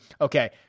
okay